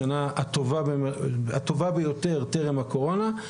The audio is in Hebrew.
השנה הטובה ביותר טרם הקורונה,